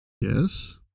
Yes